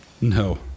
No